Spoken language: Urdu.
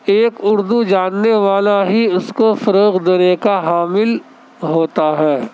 ایک اردو جاننے والا ہی اس کو فروغ دینے کا حامل ہوتا ہے